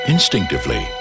Instinctively